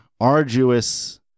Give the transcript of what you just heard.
arduous